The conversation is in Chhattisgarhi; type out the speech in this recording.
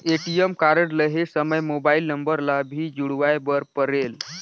ए.टी.एम कारड लहे समय मोबाइल नंबर ला भी जुड़वाए बर परेल?